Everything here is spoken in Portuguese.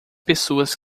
pessoas